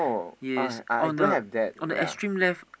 yes on the on the extreme left